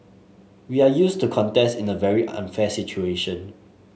we are used to contest in a very unfair situation